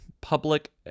public